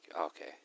okay